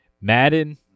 Madden